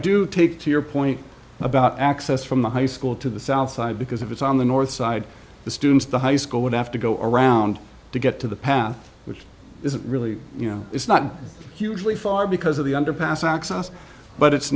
do take to your point about access from the high school to the south side because if it's on the north side the students the high school would have to go around to get to the path which is really you know it's not hugely far because of the underpass access but it's